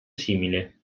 simile